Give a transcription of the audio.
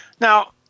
Now